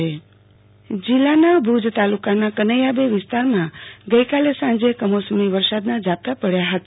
આરતી ભટ કમોસમી વરસાદ જિલ્લાના ભુજ તાલુકાના કનૈયાબે વિસ્તારમાં ગઈકાલે સાંજે કમોસમી વરસાદના ઝાપટાં પડયા હતા